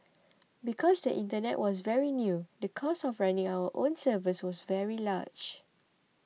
because the internet was very new the cost of running our own servers was very large